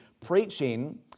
Preaching